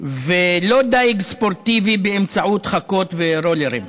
ולא דיג ספורטיבי, באמצעות חכות ורולרים.